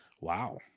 Wow